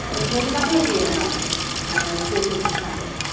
এই সেইবিলাকেই দিয়ে আৰু যৌতুক হিচাপে